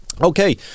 Okay